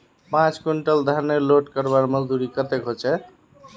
पाँच कुंटल धानेर लोड करवार मजदूरी कतेक होचए?